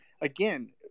again